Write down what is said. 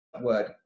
word